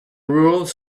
rules